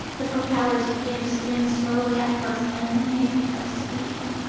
the propellers begin to spin, slowly at first, and then they pick up speed.